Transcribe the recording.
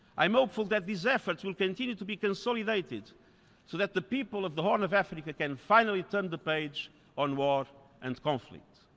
i am hopeful that these efforts will continue to be consolidated so that the people of the horn of africa can finally turn the page on war and conflict.